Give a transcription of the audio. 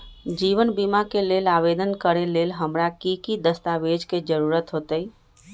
जीवन बीमा के लेल आवेदन करे लेल हमरा की की दस्तावेज के जरूरत होतई?